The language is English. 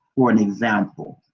for an example.